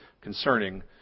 concerning